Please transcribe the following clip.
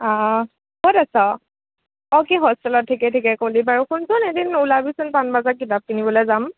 আ ক'ত আছ অ কি হোষ্টেলত ঠিকে ঠিকে ক'লি বাৰু শুনচোন এদিন ওলাবিচোন পাণ বজাৰত কিতাপ কিনিবলৈ যাম